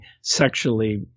sexually